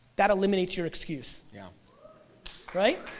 that eliminates your excuse, yeah right?